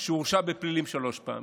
שהורשע בפלילים שלוש פעמים,